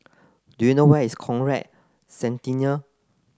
do you know where is Conrad Centennial